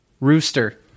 Rooster